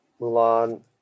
mulan